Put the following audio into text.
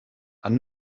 and